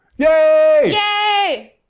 yay! yay!